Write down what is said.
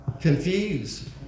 Confused